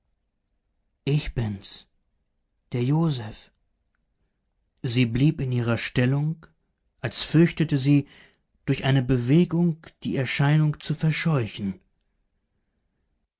ich bin's der josef sie blieb in ihrer stellung als fürchtete sie durch eine bewegung die erscheinung zu verscheuchen